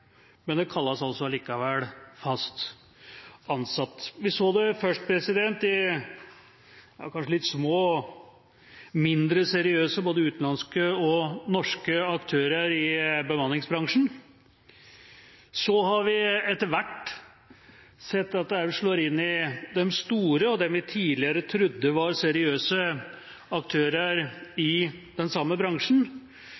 Men det kalles altså likevel fast ansatt. Vi så det først hos kanskje litt små og mindre seriøse aktører, både utenlandske og norske, i bemanningsbransjen. Så har vi etter hvert sett at det også slår inn hos de store og dem vi tidligere trodde var seriøse aktører i den samme bransjen.